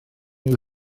nhw